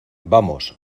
vamos